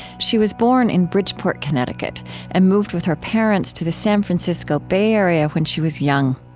she was born in bridgeport, connecticut and moved with her parents to the san francisco bay area when she was young.